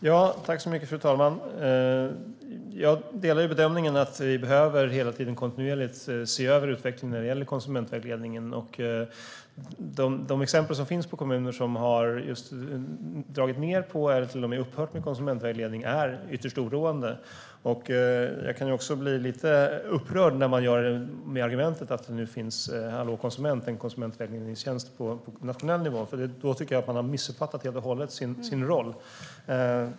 Fru talman! Jag delar bedömningen att vi kontinuerligt behöver se över utvecklingen när det gäller konsumentvägledningen. De exempel som finns på kommuner som har dragit ned på eller till och med upphört med konsumentvägledning är ytterst oroande. Jag kan också bli lite upprörd när man drar ned med argumentet att nu finns Hallå konsument, en konsumentvägledningstjänst på nationell nivå. Då tycker jag att man helt och hållet har missuppfattat sin roll.